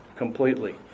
completely